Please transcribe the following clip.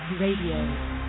Radio